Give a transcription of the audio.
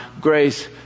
grace